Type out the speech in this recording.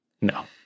no